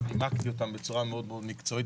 נימקתי אותן בצורה מאוד מאוד מקצועית,